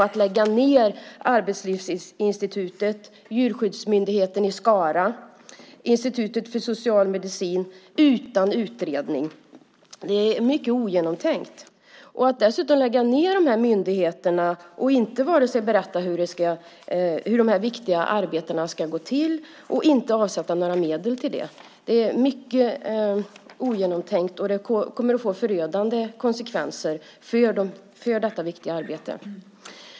Att lägga ned Arbetslivsinstitutet, Djurskyddsmyndigheten i Skara och Institutet för psykosocialmedicin utan utredning är mycket ogenomtänkt. Att dessutom lägga ned de här myndigheterna utan att vare sig berätta hur det här viktiga arbetet ska gå till eller avsätta några medel till det är också mycket ogenomtänkt. Det kommer att få förödande konsekvenser för detta viktiga arbete.